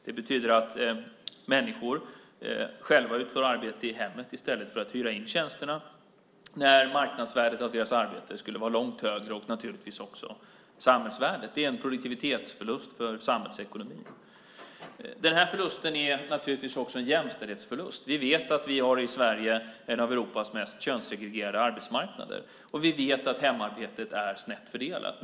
Det betyder att människor själva utför arbete i hemmet i stället för att hyra in tjänsterna, när marknadsvärdet av deras arbete skulle vara långt högre och naturligtvis också samhällsvärdet. Det är en produktivitetsförlust för samhällsekonomin. Det är också en jämställdhetsförlust. Vi vet att vi i Sverige har en av Europas mest könssegregerade arbetsmarknader, och vi vet att hemarbetet är snett fördelat.